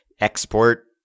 export